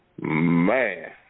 Man